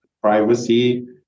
privacy